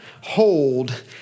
hold